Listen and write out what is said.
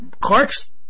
Clark's